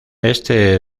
éste